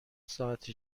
ساعت